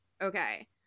Okay